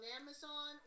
Amazon